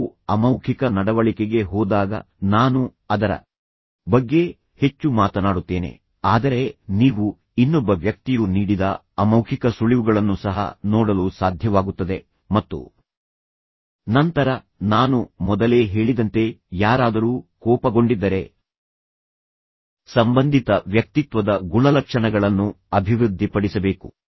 ನಾವು ಅಮೌಖಿಕ ನಡವಳಿಕೆಗೆ ಹೋದಾಗ ನಾನು ಅದರ ಬಗ್ಗೆ ಹೆಚ್ಚು ಮಾತನಾಡುತ್ತೇನೆ ಆದರೆ ನೀವು ಇನ್ನೊಬ್ಬ ವ್ಯಕ್ತಿಯು ನೀಡಿದ ಅಮೌಖಿಕ ಸುಳಿವುಗಳನ್ನು ಸಹ ನೋಡಲು ಸಾಧ್ಯವಾಗುತ್ತದೆ ಮತ್ತು ನಂತರ ನಾನು ಮೊದಲೇ ಹೇಳಿದಂತೆ ಯಾರಾದರೂ ಕೋಪಗೊಂಡಿದ್ದರೆ ಸಂಬಂಧಿತ ವ್ಯಕ್ತಿತ್ವದ ಗುಣಲಕ್ಷಣಗಳನ್ನು ಅಭಿವೃದ್ಧಿಪಡಿಸಬೇಕು